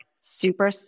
super